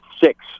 six